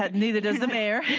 ah neither does the mayor.